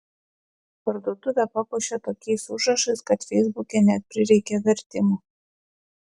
parduotuvę papuošė tokiais užrašais kad feisbuke net prireikė vertimo